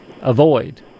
avoid